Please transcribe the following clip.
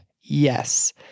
yes